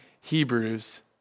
Hebrews